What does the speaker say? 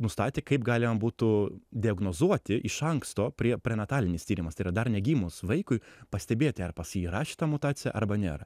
nustatė kaip galima būtų diagnozuoti iš anksto prie prenatalinis tyrimas tai yra dar negimus vaikui pastebėti ar pas jį yra šita mutacija arba nėra